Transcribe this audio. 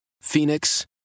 Phoenix